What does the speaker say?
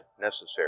necessary